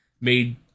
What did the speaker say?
made